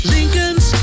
Lincolns